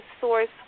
source